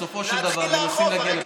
בסופו של דבר מנסים להגיע לפשרות.